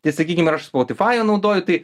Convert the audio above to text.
tai sakykim ir aš spotifajų naudoju tai